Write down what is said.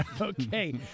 Okay